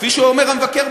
כפי שאומר המבקר,